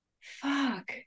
fuck